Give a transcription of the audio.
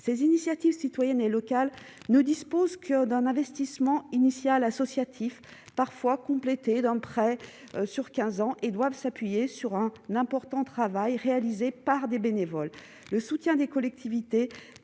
ces initiatives citoyennes et locales ne dispose que d'un investissement initial associatif parfois complété d'un prêt sur 15 ans et doivent s'appuyer sur un important travail réalisé par des bénévoles, le soutien des collectivités